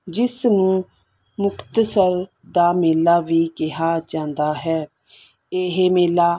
ਜਿਸ ਨੂੰ ਮੁਕਤਸਰ ਦਾ ਮੇਲਾ ਵੀ ਕਿਹਾ ਜਾਂਦਾ ਹੈ ਇਹ ਮੇਲਾ